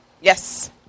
Yes